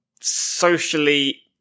socially